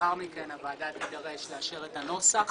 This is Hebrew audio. לאחר מכן הוועדה תידרש לאשר את הנוסח